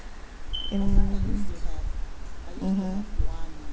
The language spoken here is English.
mm) mmhmm